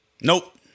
Nope